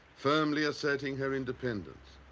firmly asserting her independence.